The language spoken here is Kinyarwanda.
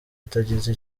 atagize